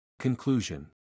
Conclusion